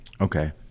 okay